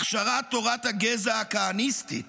הכשרת תורת הגזע הכהניסטית